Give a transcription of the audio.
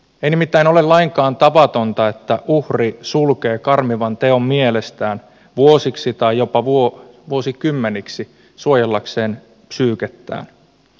ei nimittäin ole lainkaan tavatonta että uhri sulkee karmivan teon mielestään vuosiksi tai jopa vuosikymmeniksi suojellakseen psyykettään